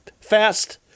fast